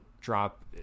drop